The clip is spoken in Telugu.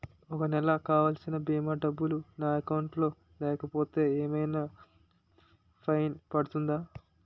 ఒక నెలకు కావాల్సిన భీమా డబ్బులు నా అకౌంట్ లో లేకపోతే ఏమైనా ఫైన్ పడుతుందా?